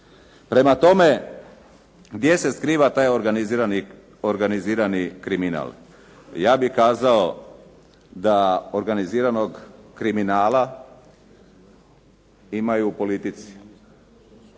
Prema tome, gdje se skriva taj organizirani kriminal? Ja bih kazao da organiziranog kriminala ima i u politici.